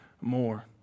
more